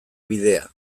bidea